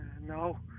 No